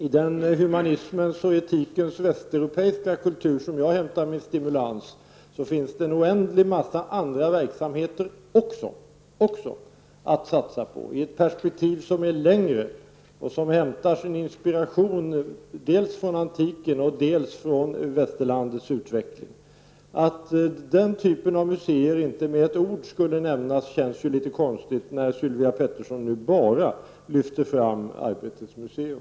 I den humanismens och etikens västeuropeiska kultur, där jag hämtar min stimulans, finns en oändlig massa andra verksamheter också att satsa på i ett perspektiv som är längre och som hämtar sin inspiration dels från antiken och dels från västerlandets utveckling. Att den typen av museer inte med ett ord skulle nämnas känns litet konstigt när Sylvia Pettersson bara lyfter fram Arbetets museum.